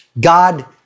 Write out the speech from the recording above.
God